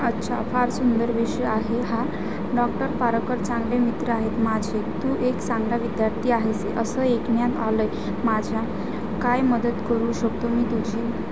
अच्छा फार सुंदर विषय आहे हा डॉक्टर पारकर चांगले मित्र आहेत माझे तू एक चांगला विद्यार्थी आहेस असं ऐकण्यात आलं आहे माझ्या काय मदत करू शकतो मी तुझी